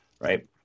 right